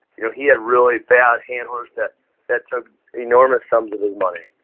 you know he had really bad handlers that that took enormous sums of his money.